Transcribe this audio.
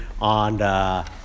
on